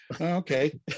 okay